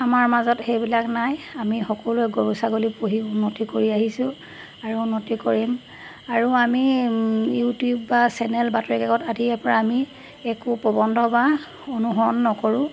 আমাৰ মাজত সেইবিলাক নাই আমি সকলোৱে গৰু ছাগলী পুহি উন্নতি কৰি আহিছোঁ আৰু উন্নতি কৰিম আৰু আমি ইউটিউব বা চেনেল বাতৰিকাকত আদিৰেপৰা আমি একো প্ৰবন্ধ বা অনুসৰণ নকৰোঁ